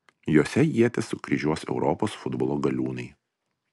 jose ietis sukryžiuos europos futbolo galiūnai